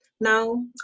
now